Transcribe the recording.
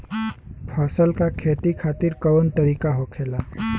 फसल का खेती खातिर कवन तरीका होखेला?